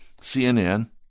CNN